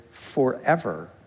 forever